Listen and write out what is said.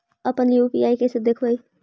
अपन यु.पी.आई कैसे देखबै?